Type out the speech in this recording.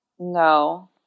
No